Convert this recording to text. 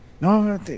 No